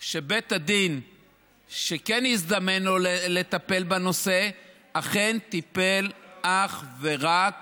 שבית הדין שיזדמן לו לטפל בנושא אכן טיפל אך ורק